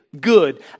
good